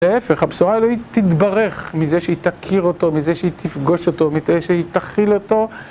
להפך, הבשורה האלוהית תתברך מזה שהיא תכיר אותו, מזה שהיא תפגוש אותו, מזה שהיא תכיל אותו.